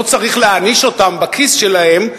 לא צריך להעניש אותם בכיס שלהם,